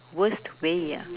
worst way ah